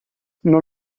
non